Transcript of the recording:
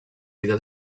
vida